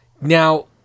Now